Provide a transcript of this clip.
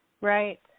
right